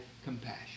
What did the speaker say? compassion